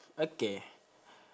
okay